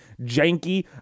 Janky